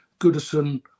Goodison